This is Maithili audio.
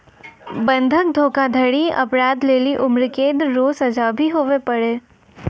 बंधक धोखाधड़ी अपराध लेली उम्रकैद रो सजा भी हुवै पारै